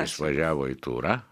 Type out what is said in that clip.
išvažiavo į turą